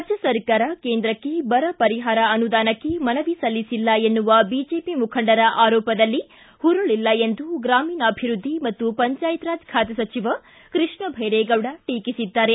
ರಾಜ್ಯ ಸರ್ಕಾರ ಕೇಂದ್ರಕ್ಕೆ ಬರ ಪರಿಹಾರ ಅನುದಾನಕ್ಕೆ ಮನವಿ ಸಲ್ಲಿಸಿಲ್ಲ ಎನ್ನುವ ಬಿಜೆಪಿ ಮುಖಂಡರ ಆರೋಪದಲ್ಲಿ ಹುರುಳಲ್ಲ ಎಂದು ಗ್ರಾಮೀಣಾಭಿವೃದ್ದಿ ಮತ್ತು ಪಂಚಾಯತ್ ರಾಜ್ ಖಾತೆ ಸಚಿವ ಕೃಷ್ಣಭೈರೇಗೌಡ ಟೀಕಿಸಿದ್ದಾರೆ